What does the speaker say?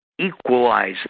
equalize